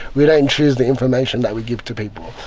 we don't choose the information that we give to people.